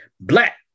black